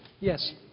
Yes